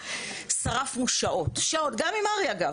ובאמת שרפנו שעות אגב גם עם הר"י,